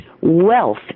wealth